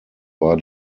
war